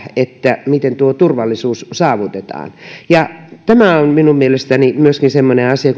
miten tuo turvallisuus saavutetaan kun puhutaan pelastustoimesta myöskin tämä on minun mielestäni semmoinen asia